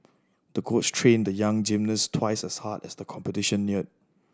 the coach trained the young gymnast twice as hard as the competition neared